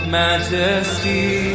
majesty